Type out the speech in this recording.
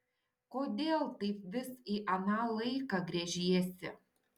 kodėl taip vis į aną laiką gręžiesi